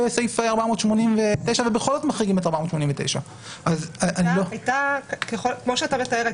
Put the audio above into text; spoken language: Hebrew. סעיף 489 ובכל זאת מחריגים את 489. כמו שאתה מתאר,